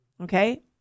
okay